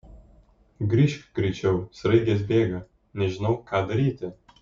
grįžk greičiau sraigės bėga nežinau ką daryti